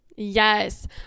Yes